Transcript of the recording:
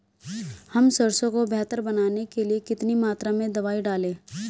हम सरसों को बेहतर बनाने के लिए कितनी मात्रा में दवाई डालें?